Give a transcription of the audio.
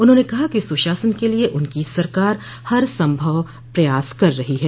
उन्होंने कहा कि सुशासन के लिए उनकी सरकार हर सम्भव प्रयास कर रही है